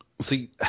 See